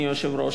אדוני היושב-ראש,